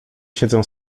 siedzę